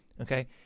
Okay